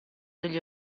degli